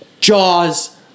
jaws